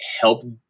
help